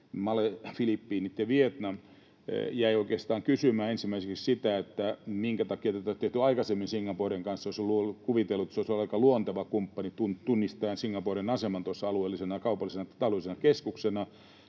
Indonesian, Filippiinien ja Vietnamin. Jäin oikeastaan kysymään ensimmäiseksi sitä, minkä takia tätä ei ole tehty aikaisemmin Singaporen kanssa. Olisi kuvitellut, että se olisi ollut aika luonteva kumppani tunnistaen Singaporen aseman alueellisena ja kaupallisena ja taloudellisena keskuksena